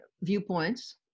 viewpoints